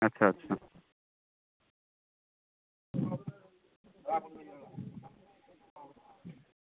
আচ্ছা আচ্ছা